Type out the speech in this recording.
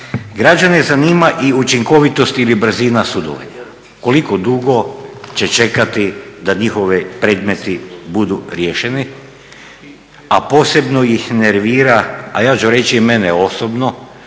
Građane zanima i učinkovitost ili brzina sudovanja, koliko dugo će čekati da njihovi predmeti budu riješeni, a posebno ih nervira, a ja ću reći i mene osobno,